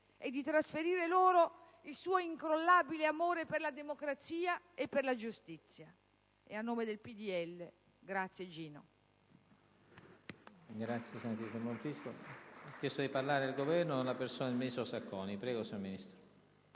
e di trasferire loro il suo incrollabile amore per la democrazia e per la giustizia. A nome del Popolo